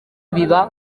biba